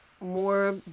more